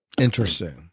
Interesting